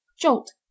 Jolt